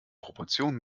proportionen